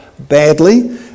Badly